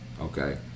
okay